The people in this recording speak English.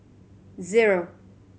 zero